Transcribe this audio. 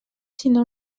sinó